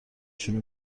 شروع